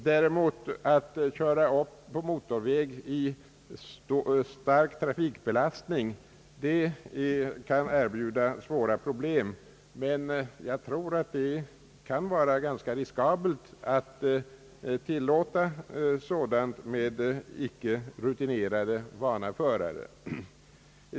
Däremot kan det erbjuda svåra problem att köra på motor väg vid stark trafikbelastning. Jag tror att det kan vara ganska riskabelt att tillåta icke rutinerade och ovana förare sådant.